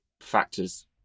factors